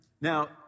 now